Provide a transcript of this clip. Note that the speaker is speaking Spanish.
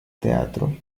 teatro